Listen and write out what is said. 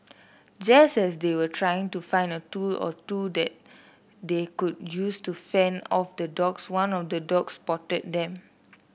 just as they were trying to find a tool or two that they could use to fend off the dogs one of the dogs spotted them